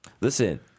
listen